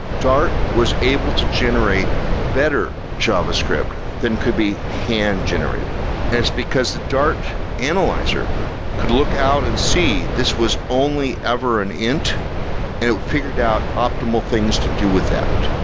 dart was able to generate better javascript than could be hand generated, and it's because the dart analyzer could look out and see this was only ever an int and it figured out optimal things to do with that.